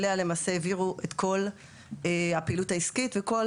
אליה למעשה העבירו את כל הפעילות העסקית, וכל